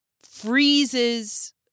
freezes